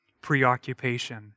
preoccupation